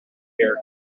here